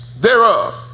thereof